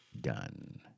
done